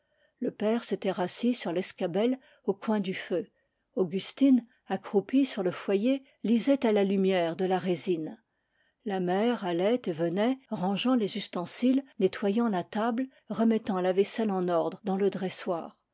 le père s'était rassis sur l'escabelle au coin du feu augustine accroupie sur le foyer lisait à la lumière de la résine la mère allait et venait rangeant les ustensiles nettoyant la table remettant la vais selle en ordre dans le dressoir